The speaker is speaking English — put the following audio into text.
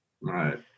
right